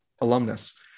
alumnus